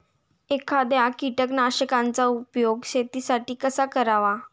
एखाद्या कीटकनाशकांचा उपयोग शेतीसाठी कसा करावा?